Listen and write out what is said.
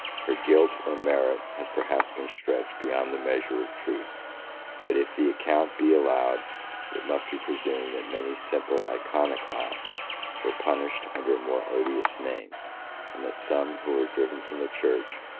her guilt or merit has perhaps been stretched beyond the measure of truth but if the account be allowed, it must be presumed that many simple iconoclasts were punished under a more odious name and that some who were driven from the church,